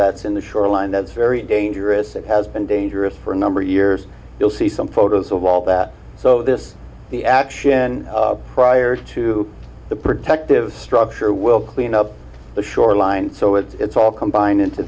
that's in the shoreline that's very dangerous and has been dangerous for a number of years you'll see some photos of all that so this the action prior two the protective structure will clean up the shoreline so it's all combined into